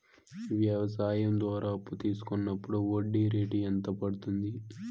వ్యవసాయం ద్వారా అప్పు తీసుకున్నప్పుడు వడ్డీ రేటు ఎంత పడ్తుంది